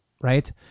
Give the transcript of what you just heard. right